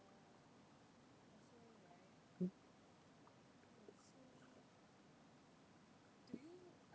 mm